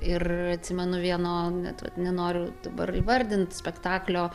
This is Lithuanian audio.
ir atsimenu vieno net vat nenoriu dabar įvardint spektaklio